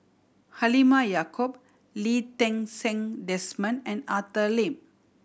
Halimah Yacob Lee Ti Seng Desmond and Arthur Lim